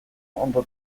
ondo